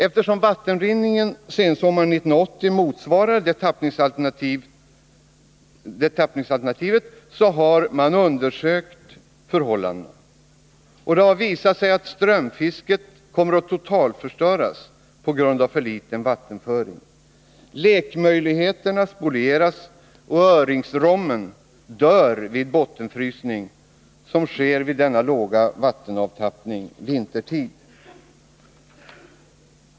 Eftersom vattenrinningen sensommaren 1980 motsvarade det tappningsalternativet har man undersökt förhållandena. Och det har visat sig att strömfisket Nr 27 kommer att totalförstöras på grund av för liten vattenföring. Lekmöjlighe Onsdagen den terna spolieras och öringrommen dör vid bottenfrysning, som sker vid denna 19 november 1980 låga vattenavtappning vintertid.